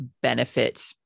benefit